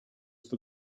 for